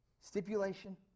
stipulation